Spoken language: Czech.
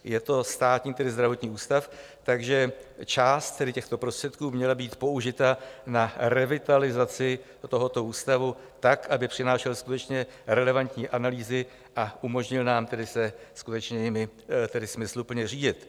Je to státní zdravotní ústav, takže část těchto prostředků měla být použita na revitalizaci tohoto ústavu tak, aby přinášel skutečně relevantní analýzy a umožnil nám se jimi skutečně smysluplně řídit.